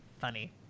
funny